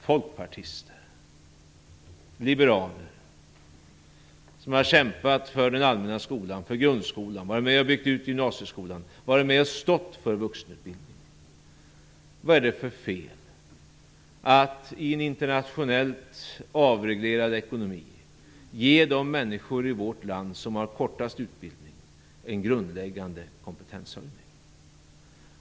Folkpartisterna, liberalerna, har ju kämpat för den allmänna skolan och för grundskolan, de har varit med och byggt ut gymnasieskolan, och de har stått bakom vuxenutbildningen. Vad är det för fel att i en internationellt avreglerad ekonomi ge de människor i vårt land som har kortast utbildning en grundläggande kompetenshöjning?